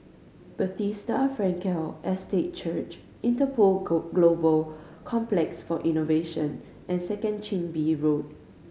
Bethesda Frankel Estate Church Interpol Global Complex for Innovation and Second Chin Bee Road